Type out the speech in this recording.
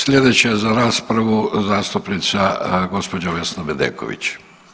Sljedeća za raspravu zastupnica gospođa Vesna Bedeković.